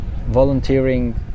volunteering